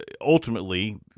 ultimately